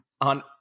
On